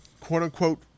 quote-unquote